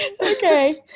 okay